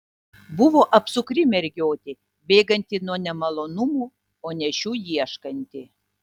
buvo apsukri mergiotė bėganti nuo nemalonumų o ne šių ieškanti